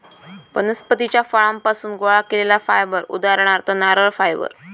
वनस्पतीच्या फळांपासुन गोळा केलेला फायबर उदाहरणार्थ नारळ फायबर